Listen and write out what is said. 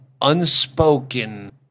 unspoken